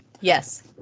yes